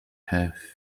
her